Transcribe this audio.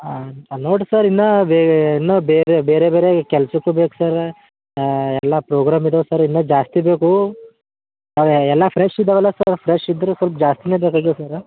ಹಾಂ ಹಾಂ ನೋಡಿ ಸರ್ ಇನ್ನು ಬೇ ಇನ್ನು ಬೇರೆ ಬೇರೆ ಬೇರೆ ಈ ಕೆಲಸಕ್ಕು ಬೇಕು ಸರ್ ಎಲ್ಲ ಪ್ರೋಗ್ರಾಮ್ ಇದಾವೆ ಸರ್ ಇನ್ನು ಜಾಸ್ತಿ ಬೇಕು ಅವೇ ಎಲ್ಲಾ ಫ್ರೆಶ್ ಇದ್ದಾವಲ್ಲ ಸರ್ ಫ್ರೆಶ್ ಇದ್ದರು ಸ್ವಲ್ಪ ಜಾಸ್ತೀನೇ ಬೇಕಾಗಿವೆ ಸರ್